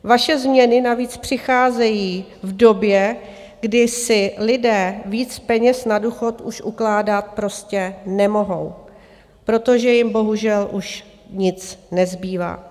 Vaše změny navíc přicházejí v době, kdy si lidé víc peněz na důchod už ukládat prostě nemohou, protože jim bohužel už nic nezbývá.